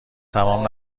تمام